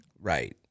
Right